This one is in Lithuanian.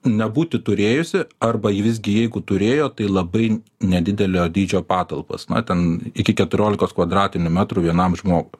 nebūti turėjusi arba jei visgi jeigu turėjo tai labai nedidelio dydžio patalpas na ten iki keturiolikos kvadratinių metrų vienam žmogui